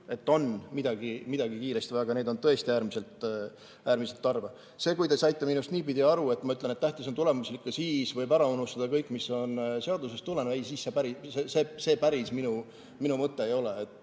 et on midagi kiiresti vaja. Aga neid on tõesti äärmiselt harva. Kui te saite minust niipidi aru, et ma ütlen, et tähtis on tulemuslikkus ja siis võib ära unustada kõik, mis on seadusest tulenev, siis see päris minu mõte ei ole.